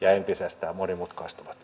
olkaa hyvä